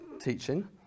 teaching